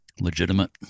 Legitimate